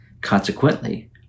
Consequently